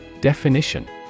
Definition